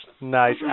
Nice